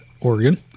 Oregon